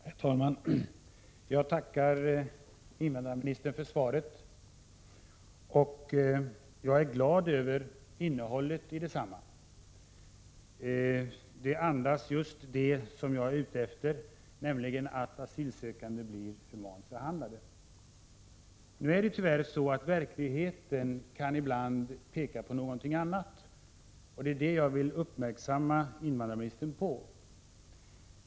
Herr talman! Jag tackar invandrarministern för svaret, och jag är glad över innehållet i detsamma. Det andas just det som jag var ute efter — åsikten att asylsökande skall bli humant behandlade. Verkligheten pekar tyvärr ibland åt ett annat håll, och det är det jag vill göra invandrarministern uppmärksam på.